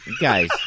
Guys